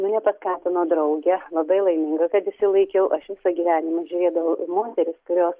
mane paskatino draugė labai laiminga kad išsilaikiau aš visą gyvenimą žiūrėdavau moteris kurios